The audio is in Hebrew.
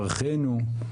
ברכנו",